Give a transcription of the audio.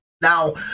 now